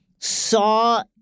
saw